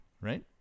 right